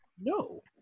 No